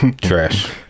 Trash